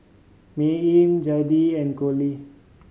Maymie Zadie and Coley